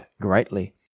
greatly